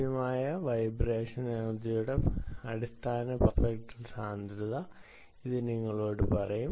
ലഭ്യമായ വൈബ്രേഷൻ എനർജിയുടെ അടിസ്ഥാന പവർ സ്പെക്ട്രൽ സാന്ദ്രത ഇത് നിങ്ങളോട് പറയും